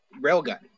railgun